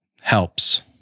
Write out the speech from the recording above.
helps